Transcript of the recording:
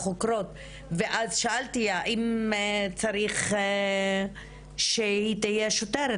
האם צריך שהיא תהיה שוטרת,